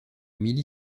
milly